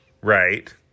Right